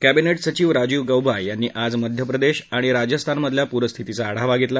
cabinet सचिव राजीव गौबा यांनी आज मध्य प्रदेश आणि राजस्थानमधल्या पुरस्थितीचा आढावा घेतला